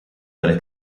delle